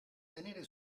tenere